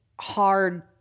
hard